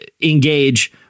engage